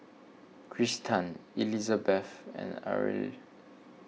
Kristan Elizabeth and Areli